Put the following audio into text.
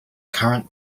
current